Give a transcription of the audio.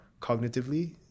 cognitively